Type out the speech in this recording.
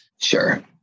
Sure